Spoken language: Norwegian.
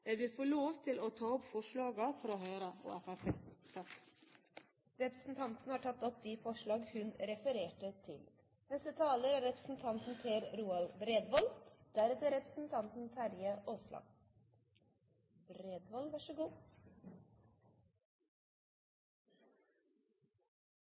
Jeg vil få lov til å ta opp forslagene fra Høyre og Fremskrittspartiet. Representanten Elisabeth Røbekk Nørve har tatt opp de forslagene hun refererte